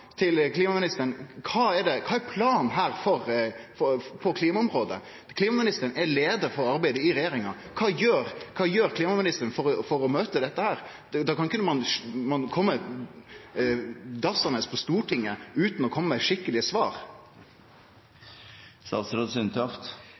Kva er planen for klimaområdet? Klimaministeren er leiar for arbeidet i regjeringa. Kva gjer klimaministeren for å møte dette? Ein kan ikkje komme dassande på Stortinget utan å komme med skikkelege svar.